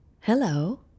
Hello